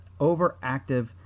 overactive